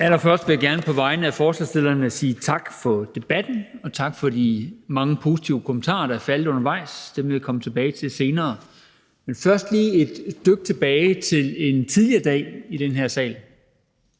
Allerførst vil jeg gerne på vegne af forslagsstillerne sige tak for debatten og for de mange positive kommentarer, der er faldet undervejs. Dem vil jeg komme tilbage til senere. Lad os først lige tage et dyk tilbage til en tidligere dag i den her sal.